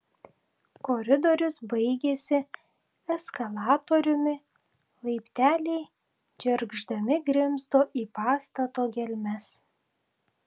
koridorius baigėsi eskalatoriumi laipteliai džergždami grimzdo į pastato gelmes